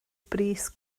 bris